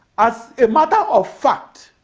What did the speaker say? as a matter of fact,